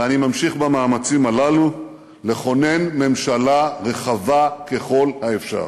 ואני ממשיך במאמצים הללו לכונן ממשלה רחבה ככל האפשר.